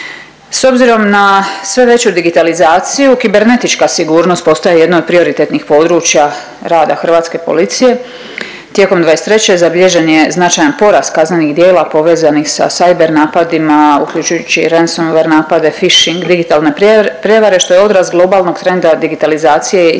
S obzirom na sve veću digitalizaciju, kibernetička sigurnost postaje jedno od prioritetnih područja rada hrvatske policije. Tijekom '23. zabilježen je značajan porast kaznenih djela povezanih sa cyber napadima, uključujući ransomware napade, phishing, digitalne prijevare, što je odraz globalnog trenda digitalizacije i sve